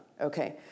Okay